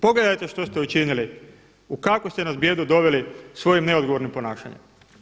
Pogledajte što ste učinili u kakvu ste nas bijedu doveli svojim neodgovornim ponašanjem?